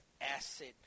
acid